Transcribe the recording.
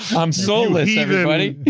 i'm soulless everybody.